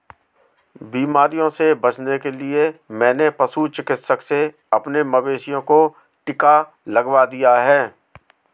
बीमारियों से बचने के लिए मैंने पशु चिकित्सक से अपने मवेशियों को टिका लगवा दिया है